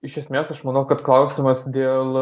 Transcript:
iš esmės aš manau kad klausimas dėl